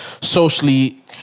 Socially